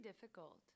difficult